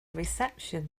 reception